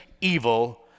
evil